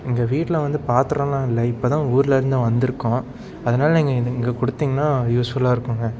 எங்கள் வீட்டில் வந்து பாத்திரலாம் இல்லை இப்போதான் ஊரில் இருந்து வந்திருக்கோம் அதனால நீங்கள் இங்கே கொடுத்திங்கன்னா யூஸ்ஃபுல்லாக இருக்குங்க